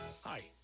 Hi